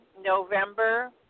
November